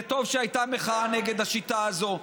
זה טוב שהייתה מחאה נגד השיטה הזאת.